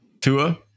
Tua